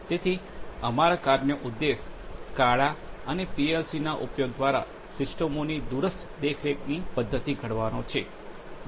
તેથી અમારા કાર્યનો ઉદ્દેશ સ્કાડા અને પીએલસીના ઉપયોગ દ્વારા આ સિસ્ટમોની દૂરસ્થ દેખરેખની પદ્ધતિ ઘડવાનો છે